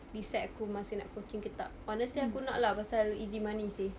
decide aku masih nak coaching ke tak honestly aku nak lah pasal easy money seh